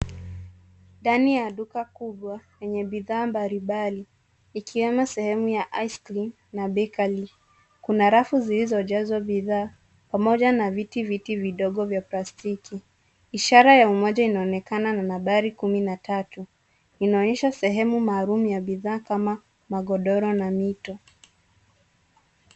Ndani ya duka kubwa yenye bidhaa mbalimbali .Ikiwemo sehemu ya ice cream na bakery .Kuna rafu zilizojazwa bidhaa pamoja na viti vidogo vya plastiki. Ishara ya umoja inaonekana nambari kumi na tatu. Inaonyesha sehemu maalum ya bidhaa kama magodoro na mito.